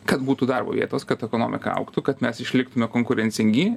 kad būtų darbo vietos kad ekonomika augtų kad mes išliktume konkurencingi